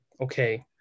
okay